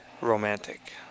Romantic